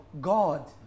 God